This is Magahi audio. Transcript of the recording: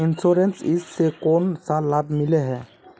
इंश्योरेंस इस से कोन सा लाभ मिले है?